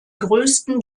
größten